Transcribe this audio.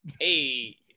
hey